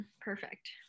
Perfect